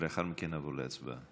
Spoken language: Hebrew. לאחר מכן נעבור להצבעה.